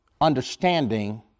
understanding